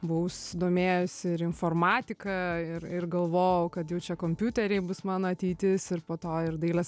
buvau susidomėjusi ir informatika ir ir galvojau kad jau čia kompiuteriai bus mano ateitis ir po to ir dailės